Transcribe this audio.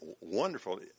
wonderful